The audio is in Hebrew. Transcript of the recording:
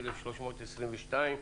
(מ/1322).